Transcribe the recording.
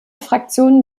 fraktion